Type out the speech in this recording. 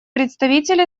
представитель